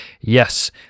yes